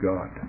God